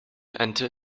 enter